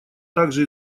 также